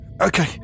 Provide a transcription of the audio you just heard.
Okay